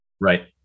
Right